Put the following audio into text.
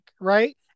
right